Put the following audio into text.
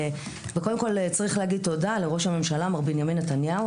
וקודם כול צריך להגיד תודה לראש הממשלה מר בנימין נתניהו,